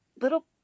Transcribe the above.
little